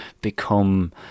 become